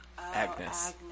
Agnes